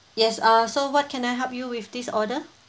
yes uh so what can I help you with this order